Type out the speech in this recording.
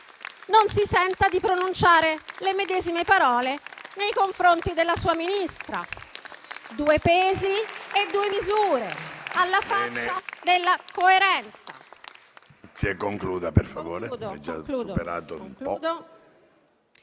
non si senta di pronunciare le medesime parole nei confronti della sua Ministra: due pesi e due misure. Alla faccia della coerenza! Concludo davvero